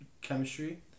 chemistry